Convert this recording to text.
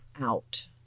out